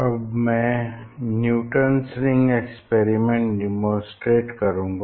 अब मैं Newton's ring experiment demonstrate करूँगा